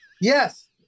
Yes